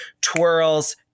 twirls